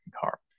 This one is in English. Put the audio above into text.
car